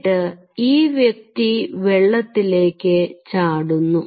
എന്നിട്ട് ഈ വ്യക്തി വെള്ളത്തിലേക്ക് ചാടുന്നു